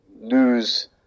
lose